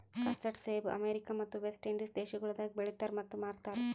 custard ಸೇಬ America ಮತ್ತ West Indies ದೇಶಗೊಳ್ದಾಗ್ ಬೆಳಿತಾರ್ ಮತ್ತ ಮಾರ್ತಾರ್